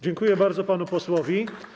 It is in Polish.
Dziękuję bardzo panu posłowi.